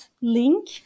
link